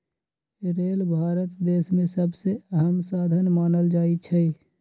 rail Bharat देश में सबसे अहम साधन मानल जाई छई